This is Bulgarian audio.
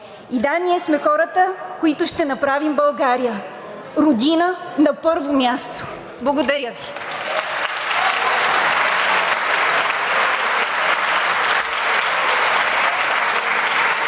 И да, ние сме хората, които ще направим България Родина на първо място. Благодаря Ви.